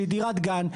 שהיא דירת גן,